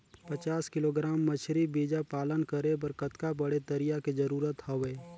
पचास किलोग्राम मछरी बीजा पालन करे बर कतका बड़े तरिया के जरूरत हवय?